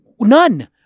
None